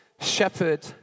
shepherd